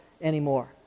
anymore